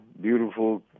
beautiful